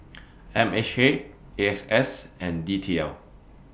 M H A A X S and D T L